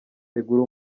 tegura